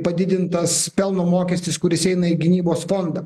padidintas pelno mokestis kuris eina į gynybos fondą